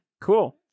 cool